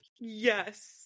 Yes